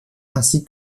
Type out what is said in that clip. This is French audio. ainsi